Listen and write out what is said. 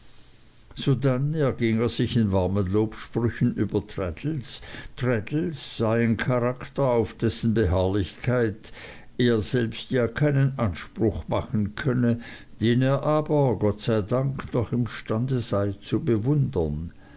sodann erging er sich in warmen lobsprüchen über traddles traddles sei ein charakter auf dessen beharrlichkeit er selbst ja keinen anspruch machen könne den er aber gott sei dank noch imstande sei zu bewundern